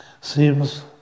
seems